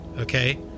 okay